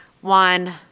one